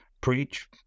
preach